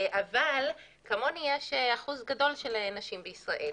אבל כמוני יש אחוז גדול של נשים בישראל,